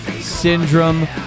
Syndrome